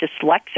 dyslexic